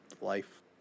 life